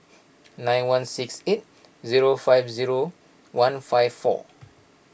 nine one six eight zero five zero one five four